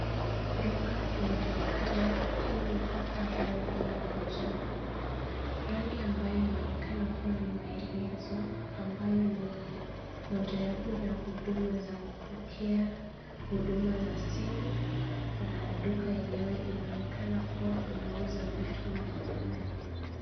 Duka inaonekana ikiwa imepakwa rangi ya manjano. Rangi ambayo inaonekana kuwa ni maelezo ambayo ni mojayapo ya huduma za kupokea huduma za simu na duka yenyewe inaonekana kuwa inauza vitu mbalimbali.